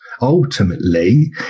ultimately